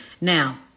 Now